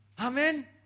Amen